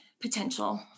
potential